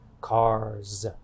Cars